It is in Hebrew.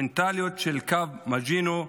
המנטליות של קו מאז'ינו,